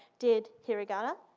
did hiragana,